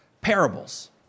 parables